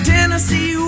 Tennessee